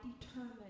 determined